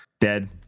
Dead